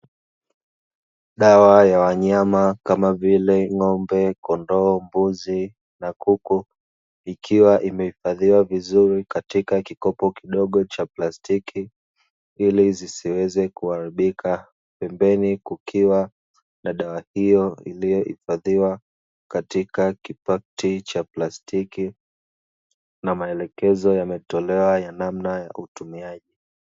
Dawa ya wanyama kama vile ng'ombe, kondoo, mbuzi na kuku ikiwa imehifadhiwa vizuri kwenye kikopo kidogo cha plastiki, ili zisiweze kuharibika pembeni kukiwa na dawa hiyo iliyohifadhiwa katika kipakiti cha plastiki, na maelekezo yametolewa ya namna ya utumiaji.